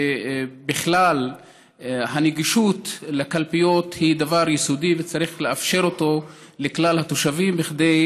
ובכלל הנגישות לקלפיות היא דבר יסודי וצריך לאפשר אותו לכלל התושבים כדי